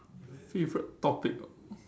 favourite topic ah